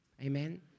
Amen